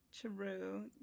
True